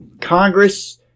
congress